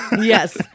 Yes